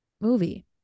movie